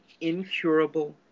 incurable